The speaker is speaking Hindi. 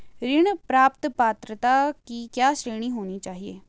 ऋण प्राप्त पात्रता की क्या श्रेणी होनी चाहिए?